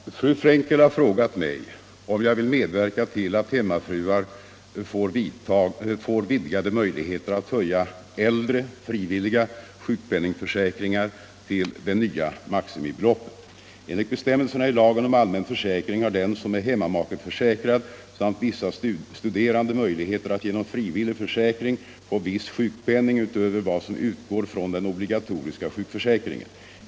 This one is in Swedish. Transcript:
Herr talman! Fru Frenkel har frågat mig om jag vill medverka till att hemmafruar får vidgade möjligheter att höja äldre frivilliga sjukpenningförsäkringar till det nya maximibeloppet. Enligt bestämmelserna i lagen om allmän försäkring har den som är hemmamakeförsäkrad samt vissa studerande möjlighet att genom frivillig försäkring få viss sjukpenning utöver vad som utgår från den obligatoriska sjukförsäkringen.